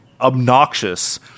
obnoxious